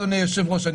אדוני היושב-ראש,